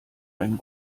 einen